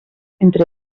entre